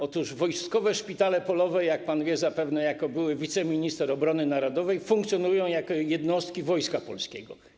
Otóż wojskowe szpitale polowe, jak pan zapewne wie, jako były wiceminister obrony narodowej, funkcjonują jak jednostki Wojska Polskiego.